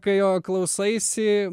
kai jo klausaisi